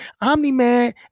Omni-Man